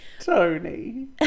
Tony